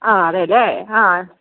ആ അതെയല്ലേ ആ